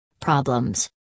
problems